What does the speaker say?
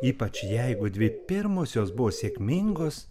ypač jeigu dvi pirmosios buvo sėkmingos